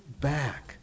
back